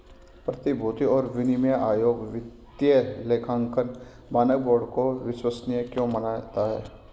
प्रतिभूति और विनिमय आयोग वित्तीय लेखांकन मानक बोर्ड को विश्वसनीय क्यों मानता है?